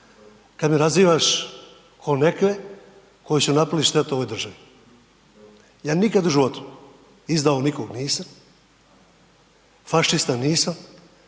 se ne razumije./… koji će napraviti štete ovoj državi. Ja nikada u životu izdao nikoga nisam, fašista nisam,